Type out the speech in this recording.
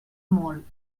molt